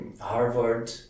Harvard